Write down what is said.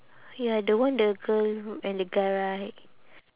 ya the one the girl and the guy right